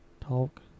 talk